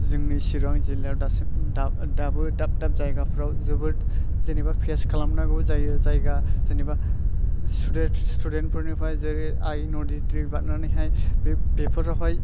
जोंनि चिरां जिल्लायाव दासिम दाब दाबो दाब दाब जायगाफ्राव जोबोर जेनेबा फेस खालामनांगौ जायो जायगा जेनोबा स्टुडेन्ट फोरनिफ्राय जेरै आइ नदि दै बारनानै हाय बे बेफोरावहाय